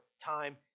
time